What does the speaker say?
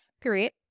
period